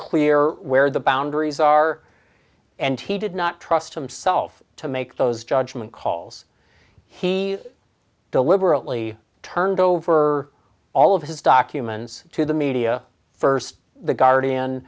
clear where the boundaries are and he did not trust himself to make those judgment calls he deliberately turned over all of his documents to the media first the guardian